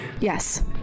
Yes